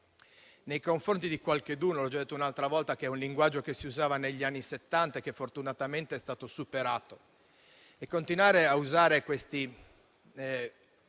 nei confronti di qualcheduno. Come ho già detto un'altra volta, questo è un linguaggio che si usava negli anni '70 e che fortunatamente è stato superato. Continuare a usare queste